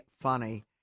funny